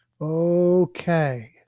Okay